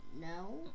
No